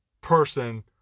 person